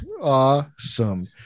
Awesome